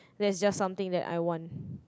that's just something that I want